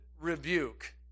rebuke